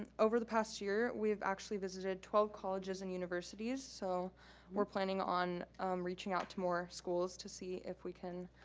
and over the past year we have actually visited twelve colleges and universities, so we're planning on reaching out to more schools to see if we can